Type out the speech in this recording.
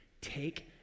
Take